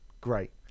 great